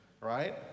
right